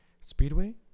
Speedway